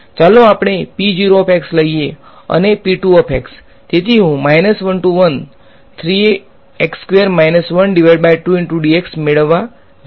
ચાલો આપણે લઈએ અને તેથી હું મેળવવા જઈ રહ્યો છું